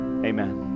Amen